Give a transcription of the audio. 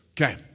Okay